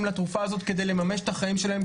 לתרופה הזאת כדי לממש את החיים שלהם,